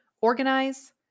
organize